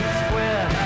square